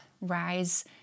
rise